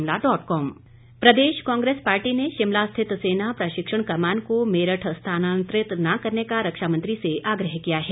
कांग्रेस प्रदेश कांग्रेस पार्टी ने शिमला स्थित सेना प्रशिक्षण कमान को मेरठ स्थानातंरित न करने का रक्षा मंत्री से आग्रह किया है